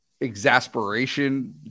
exasperation